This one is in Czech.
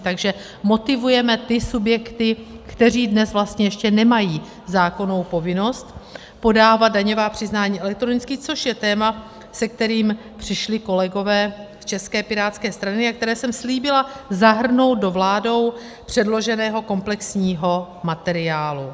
Takže motivujeme ty subjekty, které dnes vlastně ještě nemají zákonnou povinnost podávat daňová přiznání elektronicky, což je téma, se kterým přišli kolegové z České pirátské strany a které jsem slíbila zahrnout do vládou předloženého komplexního materiálu.